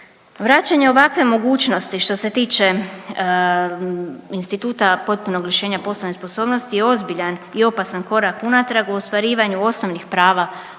Vraćanje ovakve mogućnosti što se tiče instituta potpunog lišenja poslovne sposobnosti je ozbiljan i opasan korak unatrag u ostvarivanju osnovnih prava osoba sa